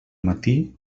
matí